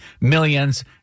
millions